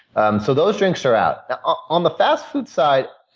um so, those drinks are out. on the fast food side,